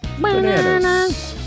Bananas